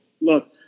look